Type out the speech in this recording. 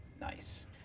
Nice